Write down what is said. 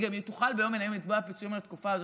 היא תוכל ביום מן הימים לתבוע פיצויים על התקופה הזאת.